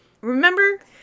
Remember